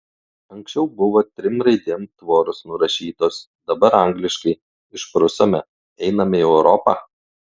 anksčiau buvo trim raidėm tvoros nurašytos dabar angliškai išprusome einame į europą